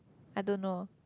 I don't know